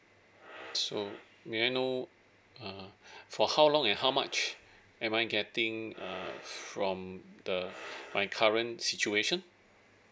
so may I know uh for how long and how much am I getting a uh from the my current situation